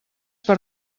per